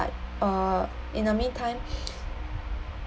uh in the mean time